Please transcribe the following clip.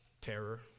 Terror